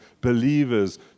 believers